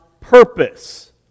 purpose